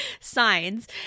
Signs